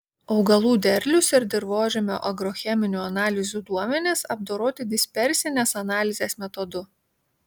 augalų derlius ir dirvožemio agrocheminių analizių duomenys apdoroti dispersinės analizės metodu